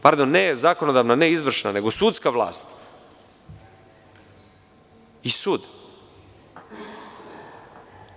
Pardon, ne zakonodavna, ne izvršna, nego sudska vlast i sud.